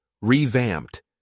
Revamped